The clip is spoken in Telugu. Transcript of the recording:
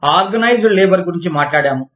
మనం ఆర్గనైజ్డ్ లేబర్ గురించి మాట్లాడాము